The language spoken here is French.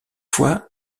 fois